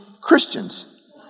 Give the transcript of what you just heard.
Christians